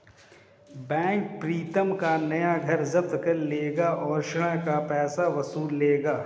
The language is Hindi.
बैंक प्रीतम का नया घर जब्त कर लेगा और ऋण का पैसा वसूल लेगा